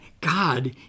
God